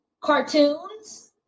cartoons